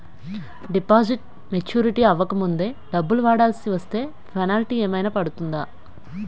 Deposit maturity అవ్వక ముందే డబ్బులు వాడుకొవాల్సి వస్తే పెనాల్టీ ఏదైనా పడుతుందా?